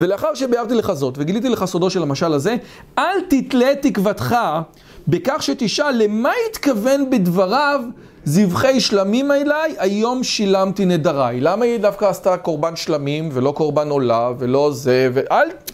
ולאחר שביאבתי לך זאת, וגיליתי לך סודו של המשל הזה, אל תתלה את תקוותך, בכך שתשאל למה התכוון בדבריו זבחי שלמים אליי, היום שילמתי נדריי. למה היא דווקא עשתה קורבן שלמים, ולא קורבן עולה, ולא זה, ואל...